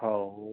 हो हो